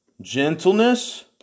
gentleness